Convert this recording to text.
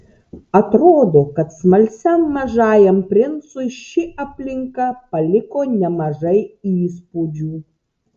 atrodo kad smalsiam mažajam princui ši aplinka paliko nemažai įspūdžių